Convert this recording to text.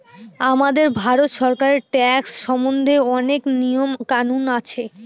আমাদের ভারত সরকারের ট্যাক্স সম্বন্ধে অনেক নিয়ম কানুন আছে